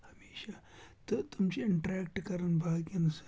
ہمیشہ تہٕ تِم چھِ اِنٹرٛیکٹ کَران باقِیَن سۭتۍ